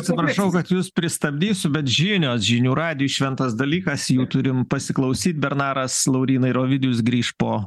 atsiprašau kad jus pristabdysiu bet žinios žinių radijuj šventas dalykas jų turim pasiklausyt bernaras lauryna ir ovidijus grįš po